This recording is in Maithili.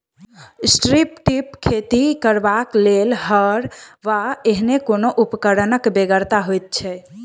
स्ट्रिप टिल खेती करबाक लेल हर वा एहने कोनो उपकरणक बेगरता होइत छै